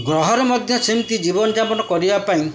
ଗ୍ରହରେ ମଧ୍ୟ ସେମିତି ଜୀବନଯାପନ କରିବା ପାଇଁ